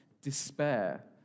despair